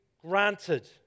granted